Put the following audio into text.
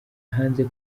hanze